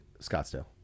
scottsdale